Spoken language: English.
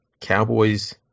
Cowboys